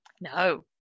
no